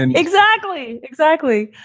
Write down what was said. and exactly, exactly.